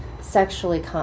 sexually